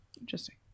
Interesting